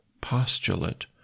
postulate